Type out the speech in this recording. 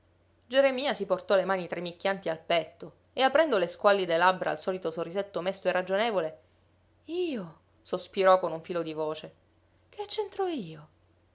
geremia si portò le mani tremicchianti al petto e aprendo le squallide labbra al solito sorrisetto mesto e ragionevole io sospirò con un filo di voce che c'entro io